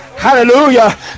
Hallelujah